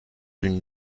une